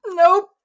Nope